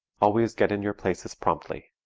always get into your places promptly.